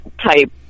type